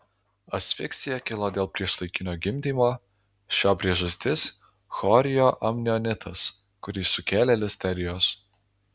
asfiksija kilo dėl priešlaikinio gimdymo šio priežastis chorioamnionitas kurį sukėlė listerijos